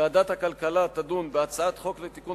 ועדת הכלכלה תדון בהצעת חוק לתיקון